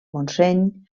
montseny